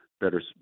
better